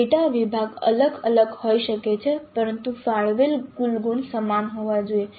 પેટા વિભાગ અલગ અલગ હોઈ શકે છે પરંતુ ફાળવેલ કુલ ગુણ સમાન હોવા જોઈએ